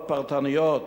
פרטניות